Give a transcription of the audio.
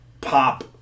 pop